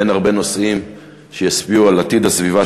ואין הרבה נושאים שישפיעו על עתיד הסביבה